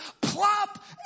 plop